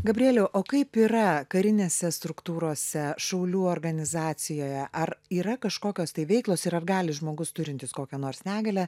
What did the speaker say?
gabrieliau o kaip yra karinėse struktūrose šaulių organizacijoje ar yra kažkokios tai veiklos ir ar gali žmogus turintis kokią nors negalią